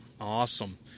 Awesome